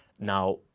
Now